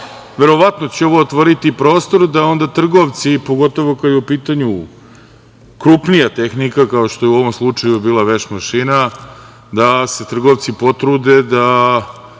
garancije. Verovatno će ovo otvoriti prostor da onda trgovci, pogotovo ako je u pitanju krupnija tehnika, kao što je u ovom slučaju bila veš mašina, da se trgovci potrude da